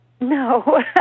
No